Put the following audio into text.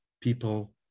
people